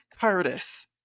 Curtis